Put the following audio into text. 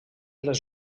les